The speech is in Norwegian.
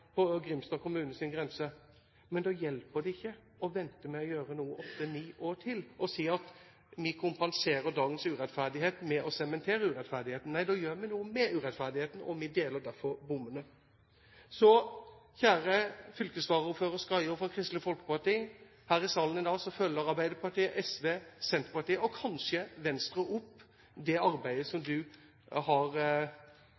på Grimstad kommunes grense, men da hjelper det ikke å vente med å gjøre noe i åtte–ni år til, og si at vi kompenserer dagens urettferdighet med å sementere urettferdigheten. Nei, da gjør vi noe med urettferdigheten, og vi deler derfor bommene. Så, kjære fylkesvaraordfører Skaiaa fra Kristelig Folkeparti, her i salen i dag følger Arbeiderpartiet, SV, Senterpartiet, og kanskje Venstre, opp det arbeidet som